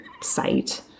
site